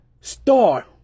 star